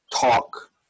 talk